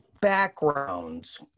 backgrounds